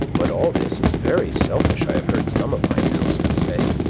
but all this is very selfish, i have heard some of my townsmen say.